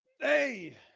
Hey